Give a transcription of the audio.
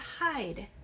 hide